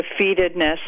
defeatedness